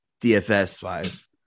DFS-wise